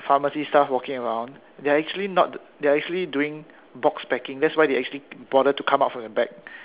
pharmacy staff walking around they are actually not they are actually doing box packing that's why they actually bother to come out from the back